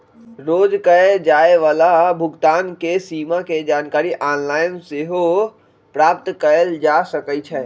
रोज कये जाय वला भुगतान के सीमा के जानकारी ऑनलाइन सेहो प्राप्त कएल जा सकइ छै